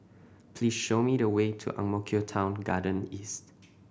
please show me the way to Ang Mo Kio Town Garden East